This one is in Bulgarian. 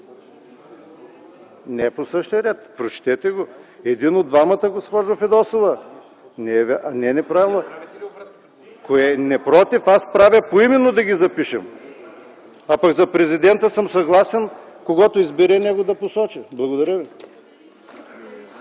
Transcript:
е по същия ред. Прочетете го! Един от двамата, госпожо Фидосова. (Реплики.) Напротив, аз правя поименно да ги запишем, пък за президента съм съгласен – когото избере, него да посочи. Благодаря ви.